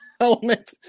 helmet